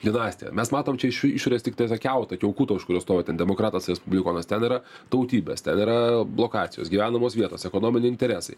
dinastija mes matom čia iš išorės tiktai tą kiautą kiaukuto už kurio stovi ten demokratas respublikonas ten yra tautybės ten yra lokacijos gyvenamos vietos ekonominiai interesai